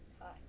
time